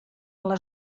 les